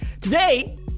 Today